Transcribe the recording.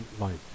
life